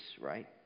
right